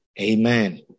Amen